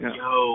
yo